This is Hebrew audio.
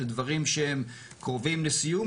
זה דברים שהם קרובים לסיום,